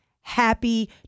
happy